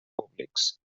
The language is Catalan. públics